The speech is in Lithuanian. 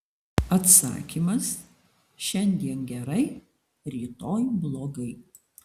atsakymas šiandien gerai rytoj blogai